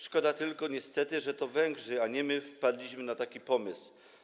Szkoda tylko, że niestety to Węgrzy, a nie my, wpadli na taki pomysł.